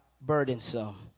burdensome